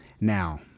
Now